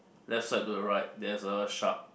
left side to the right there's a shark